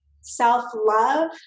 self-love